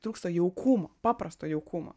trūksta jaukumo paprasto jaukumo